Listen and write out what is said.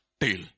tail